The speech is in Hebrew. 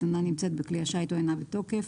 אינה נמצאת בכלי השיט או אינה בתוקף.